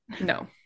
no